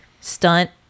stunt